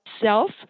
self